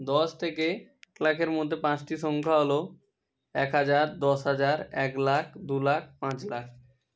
দশ থেকে কয়েকের মধ্যে পাঁচটি সংখ্যা হল এক হাজার দশ হাজার এক লাখ দু লাখ পাঁচ লাখ